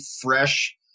fresh